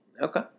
Okay